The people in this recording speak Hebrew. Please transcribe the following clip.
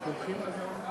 אנחנו תומכים, נכון?